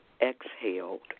exhaled